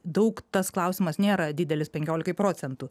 daug tas klausimas nėra didelis penkiolikai procentų